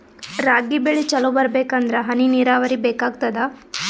ರಾಗಿ ಬೆಳಿ ಚಲೋ ಬರಬೇಕಂದರ ಹನಿ ನೀರಾವರಿ ಬೇಕಾಗತದ?